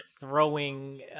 Throwing